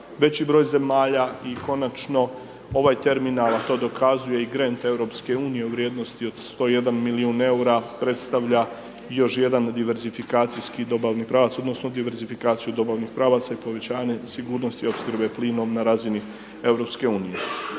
veći broj zemalja i konačno ovaj terminal, a to dokazuje i grend EU u vrijednosti od 101 milijun EUR-a predstavlja još jedan diverzifikacijski dobavi pravac, odnosno diverzifikaciju dobavnih pravaca i povećanje sigurnosti opskrbe plinom na razini EU.